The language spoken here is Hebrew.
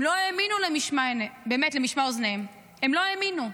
הם לא האמינו למשמע אוזניהם, הם לא האמינו.